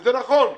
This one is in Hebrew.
וזה נכון,